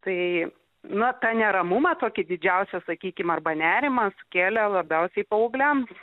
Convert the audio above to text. tai na tą neramumą tokį didžiausią sakykim arba nerimas kėlė labiausiai paaugliams